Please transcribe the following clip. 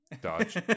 dodge